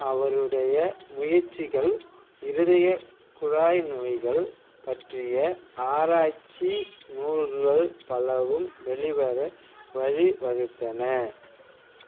அவருடைய முயற்சிகள் இருதய குழாய் நோய்கள் பற்றிய ஆராய்ச்சி நூல்கள் பலவும் வெளிவர வழி வகுத்தன